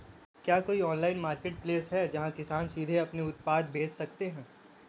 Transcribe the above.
क्या कोई online marketplace है जहाँ किसान सीधे अपने उत्पाद बेच सकते हैं?